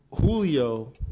Julio